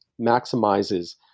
maximizes